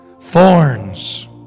Thorns